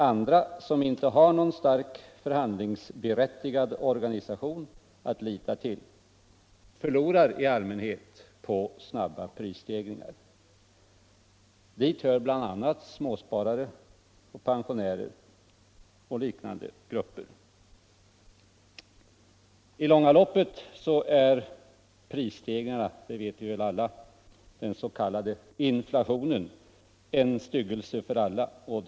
Andra, som inte har någon stark förhandlingsberättigad organisation att lita till, förlorar i allmänhet på snabba prisstegringar. Dit hör bl.a. småsparare, pensionärer och liknande grupper. I det långa loppet är prisstegringarna, den s.k. inflationen, en styggelse för alla — det vet vi.